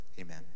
amen